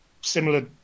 similar